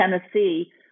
Tennessee